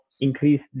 increase